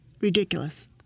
ridiculous